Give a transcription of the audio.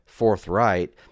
forthright